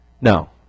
No